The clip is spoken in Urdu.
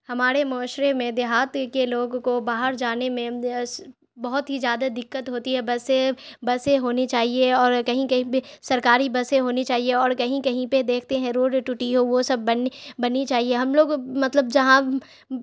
ہمارے معاشرے میں دیہات کے لوگوں کو باہر جانے میں بہت ہی زیادہ دقت ہوتی ہے بسیں بسیں ہونی چاہیے اور کہیں کہیں پہ سرکاری بسیں ہونی چاہیے اور کہیں کہیں پہ دیکھتے ہیں روڈ ٹوٹی ہو وہ سب بننی چاہیے ہم لوگ مطلب جہاں